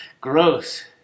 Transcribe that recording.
Gross